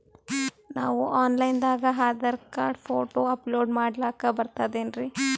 ನಾವು online ದಾಗ Aadhaar card, photo upload ಮಾಡ್ಲಕ ಬರ್ತದೇನ್ರಿ?